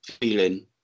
feeling